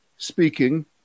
speaking